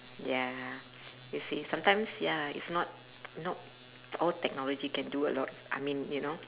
ya you see sometimes ya it's not not all technology can do a lot I mean you know